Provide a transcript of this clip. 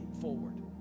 forward